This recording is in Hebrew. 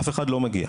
אף אחד לא מגיע.